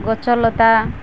ଗଛ ଲତା